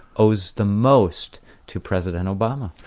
owes the most to president obama.